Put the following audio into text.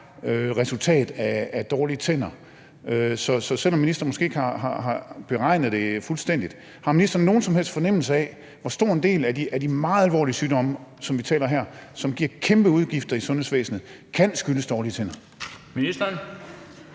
resultat af dårlige tænder. Så selv om ministeren måske ikke har beregnet det fuldstændig, har ministeren så nogen som helst fornemmelse af, hvor stor en del af de meget alvorlige sygdomme, som vi taler om her, og som giver kæmpe udgifter i sundhedsvæsenet, kan skyldes dårlige tænder?